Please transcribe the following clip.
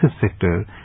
sector